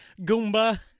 Goomba